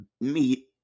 meet